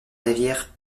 rivière